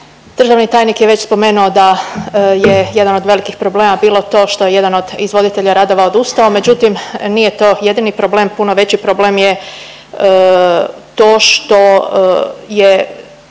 državni tajnik je već spomenuo da je jedan od velikih problema bilo to što je jedan od izvoditelja radova odustao, međutim nije to jedini problem, puno veći problem je to što je